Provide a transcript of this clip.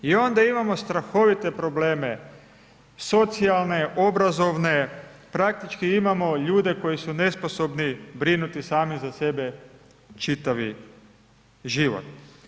I onda imamo strahovite probleme socijalne, obrazovne, praktički imamo ljude koji su nesposobni brinuti sami za sebe čitavi život.